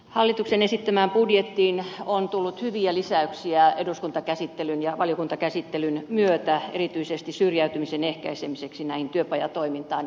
hallituksen esittämään mietinnässä on tullut hyviä lisäyksiä eduskuntakäsittelyn ja valiokuntakäsittelyn myötä erityisesti syrjäytymisen ehkäisemiseksi näin työpajatoimintaan